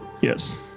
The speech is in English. Yes